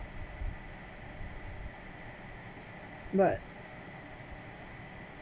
but